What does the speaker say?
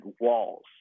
walls